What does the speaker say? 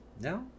No